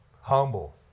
Humble